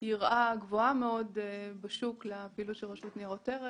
יראה גבוהה מאוד בשוק לפעילות של רשות ניירות ערך,